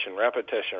repetition